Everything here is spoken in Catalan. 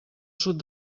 sud